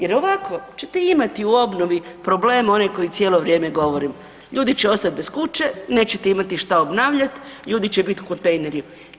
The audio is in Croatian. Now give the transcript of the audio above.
Jer ovako ćete imati u obnovi problema onaj koji cijelo vrijeme govorim – ljudi će ostati bez kuće, nećete imati što obnavljati, ljudi će biti u kontejnerima.